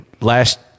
last